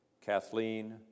Kathleen